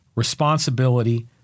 responsibility